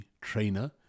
trainer